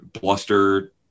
bluster